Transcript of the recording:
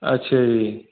ਅੱਛਾ ਜੀ